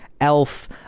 elf